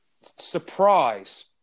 surprise